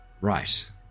Right